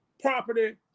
property